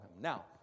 Now